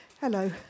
hello